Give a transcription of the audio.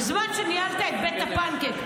בזמן שניהלת את בית הפנקייק,